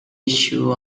issue